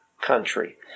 country